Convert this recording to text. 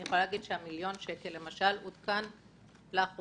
אני יכולה להגיד שהמיליון שקל עודכן לאחרונה.